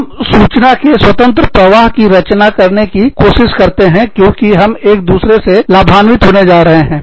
हम सूचना के स्वतंत्र प्रवाह की रचना करने की कोशिश करते हैं क्योंकि हम एक दूसरे से लाभान्वित होने जा रहे हैं